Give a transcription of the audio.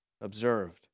observed